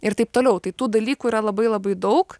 ir taip toliau tai tų dalykų yra labai labai daug